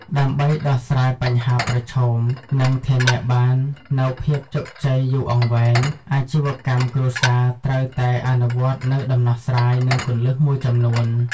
ដើម្បីដោះស្រាយបញ្ហាប្រឈម និងធានាបាននូវភាពជោគជ័យយូរអង្វែង អាជីវកម្មគ្រួសារត្រូវតែអនុវត្តនូវដំណោះស្រាយ និងគន្លឹះមួយចំនួន។